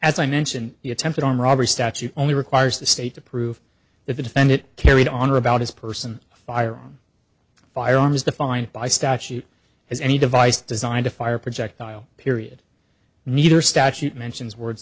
as i mentioned the attempted arm robbery statute only requires the state to prove that the defendant carried on or about his person firearm firearm is defined by statute as any device designed to fire projectile period neither statute mentions words